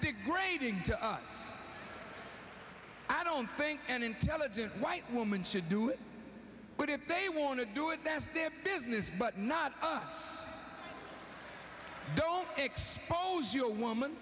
degrading to us i don't think an intelligent white woman should do it but if they want to do it that's their business but not us don't expose you a woman